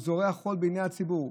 הוא זורה חול בעיני הציבור.